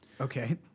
Okay